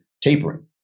tapering